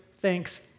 thanks